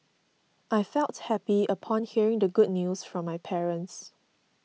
I felt happy upon hearing the good news from my parents